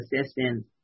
assistance